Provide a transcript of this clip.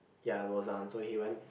ya Lozan so he went